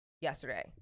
Yesterday